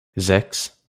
sechs